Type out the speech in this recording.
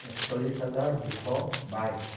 একচল্লিছ হাজাৰ দুশ বাইছ